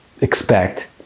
expect